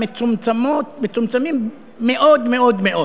מצומצמים מאוד מאוד מאוד.